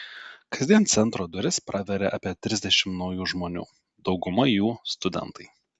kasdien centro duris praveria apie trisdešimt naujų žmonių dauguma jų studentai